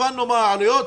הבנו מה העלויות,